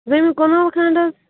کنال کھنٛڈ حظ